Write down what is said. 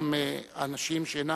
חלקם אנשים שהם